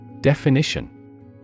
Definition